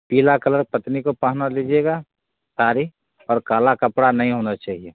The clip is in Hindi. पीला कलर पत्नी को पहना दीजिएगा साड़ी और काला कपड़ा नहीं होना चाहिए